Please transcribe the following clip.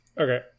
Okay